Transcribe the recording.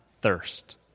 thirst